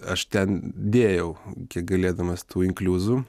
aš ten dėjau kiek galėdamas tų inkliuzų